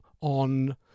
on